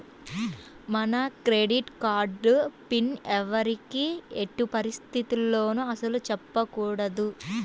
మన credit card PIN ఎవ్వరికీ ఎట్టి పరిస్థితుల్లోనూ అస్సలు చెప్పకూడదు